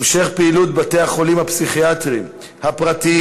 הצעות לסדר-היום בנושא: המשך פעילות בתי-החולים הפסיכיאטריים הפרטיים,